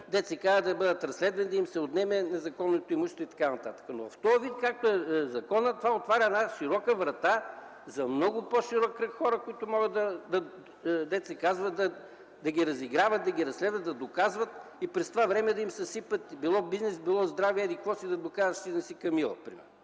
престъпниците да бъдат разследвани, да им се отнеме незаконното имущество и така нататък, но в този вид, както е законът, това отваря една широка врата за много по-широк кръг хора, които могат да ги разиграват, да разследват, да доказват и през това време да им съсипят било бизнес, било здраве, за да докажеш, че те ни си камила, примерно.